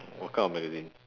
what kind of magazine